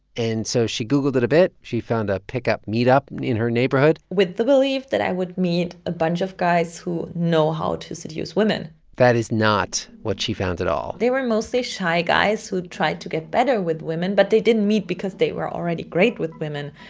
and so she googled it a bit. she found a pickup meetup in her neighborhood with the belief that i would meet a bunch of guys who know how to seduce women that is not what she found at all they were mostly shy guys who tried to get better with women. but they didn't meet because they were already great with women.